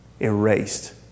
erased